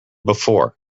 before